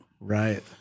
Right